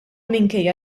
minkejja